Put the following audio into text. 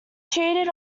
cheated